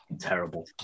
Terrible